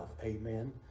Amen